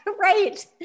Right